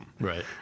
Right